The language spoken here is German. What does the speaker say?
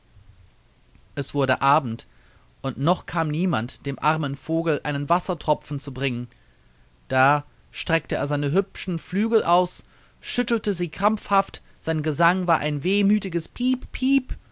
es wurde abend und noch kam niemand dem armen vogel einen wassertropfen zu bringen da streckte er seine hübschen flügel aus schüttelte sie krampfhaft sein gesang war ein wehmütiges piep piep